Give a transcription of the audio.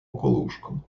околушком